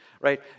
right